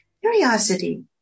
Curiosity